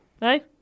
Hey